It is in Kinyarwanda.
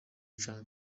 canke